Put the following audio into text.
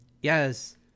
Yes